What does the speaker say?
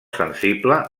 sensible